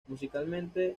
musicalmente